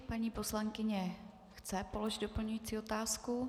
Paní poslankyně chce položit doplňující otázku.